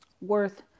worth